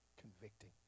convicting